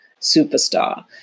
superstar